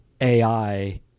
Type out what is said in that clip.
AI